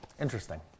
interesting